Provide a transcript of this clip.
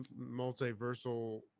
multiversal